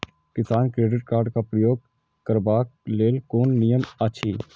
किसान credit card क प्रयोग करबाक लेल कोन नियम अछि?